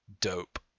dope